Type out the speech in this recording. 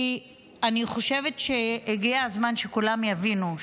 כי אני חושבת שהגיע הזמן שכולם יבינו,